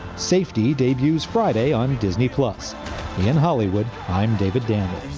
safety debuts friday on disney plus in hollywood. i'm david daniel.